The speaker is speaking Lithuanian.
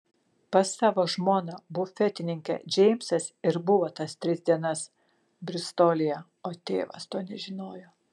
pas savo žmoną bufetininkę džeimsas ir buvo tas tris dienas bristolyje o tėvas to nežinojo